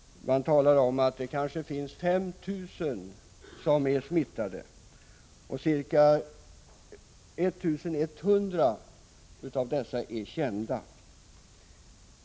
Man talar om att ungefär 5 000 personer kan vara smittade och att ca 1 100 av dessa fall är kända.